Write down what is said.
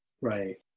Right